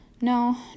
No